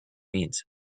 means